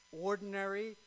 ordinary